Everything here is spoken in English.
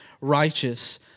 righteous